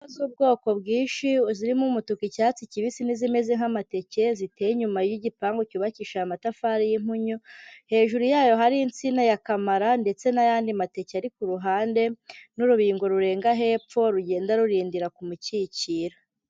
Indabo z'ubwoko bwinshi zirimo umutuku, icyatsi kibisi, n'izimeze nk'amateke ziteye inyuma y'igipangu cyubakishije amatafari y'impunyu, hejuru yayo hari insina ya kamara ndetse n'ayandi mateke ari ku ruhande n'urubingo rurenga hepfo rugenda rurindira ku mukikira.